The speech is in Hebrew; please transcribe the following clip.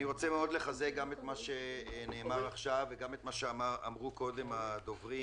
אני רוצה מאוד לחזק את מה שנאמר עכשיו ואת מה שאמרו קודם הדוברים.